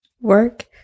Work